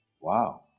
wow